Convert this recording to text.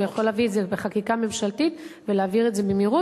הוא יכול להביא את זה בחקיקה ממשלתית ולהעביר את זה במהירות.